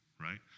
right